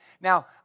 Now